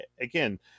again